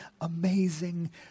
amazing